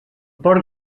porc